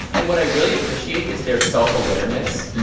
and what i really appreciate is their self-awareness.